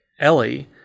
Ellie